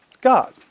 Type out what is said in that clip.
God